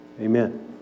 Amen